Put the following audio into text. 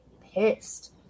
pissed